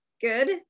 Good